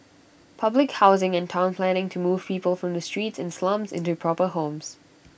public housing and Town planning to move people from the streets and slums into proper homes